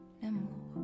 l'amour